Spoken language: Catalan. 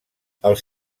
els